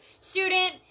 student